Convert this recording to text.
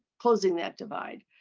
closing that divide.